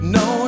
no